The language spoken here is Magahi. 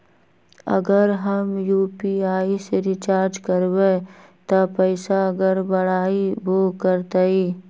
अगर हम यू.पी.आई से रिचार्ज करबै त पैसा गड़बड़ाई वो करतई?